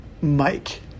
Mike